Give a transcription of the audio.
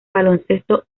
baloncesto